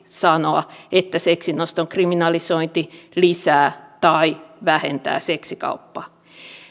sanoa että seksin oston kriminalisointi lisää tai vähentää seksikauppaa